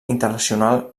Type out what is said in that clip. internacional